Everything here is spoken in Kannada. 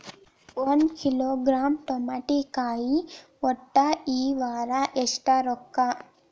ಒಂದ್ ಕಿಲೋಗ್ರಾಂ ತಮಾಟಿಕಾಯಿ ಒಟ್ಟ ಈ ವಾರ ಎಷ್ಟ ರೊಕ್ಕಾ?